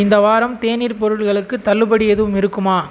இந்த வாரம் தேநீர் பொருள்களுக்கு தள்ளுபடி எதுவும் இருக்குமா